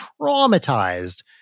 traumatized